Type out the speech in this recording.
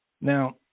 Now